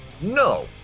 No